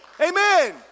Amen